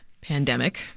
pandemic